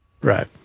right